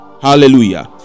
hallelujah